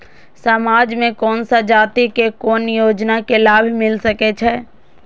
समाज में कोन सा जाति के कोन योजना के लाभ मिल सके छै?